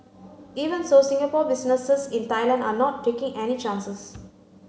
even so Singapore businesses in Thailand are not taking any chances